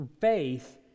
faith